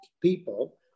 people